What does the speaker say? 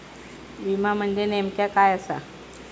विमा म्हणजे नेमक्या काय आसा?